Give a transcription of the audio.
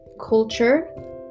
culture